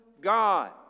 God